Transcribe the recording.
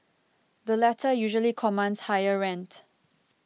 the latter usually commands higher rent